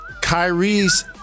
Kyrie's